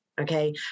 okay